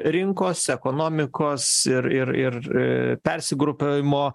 rinkos ekonomikos ir ir ir persigrupavimo